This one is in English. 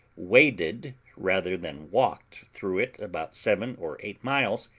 waded rather than walked through it about seven or eight miles,